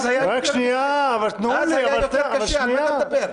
אז היה יותר קשה, על מה אתה מדבר?